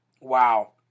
Wow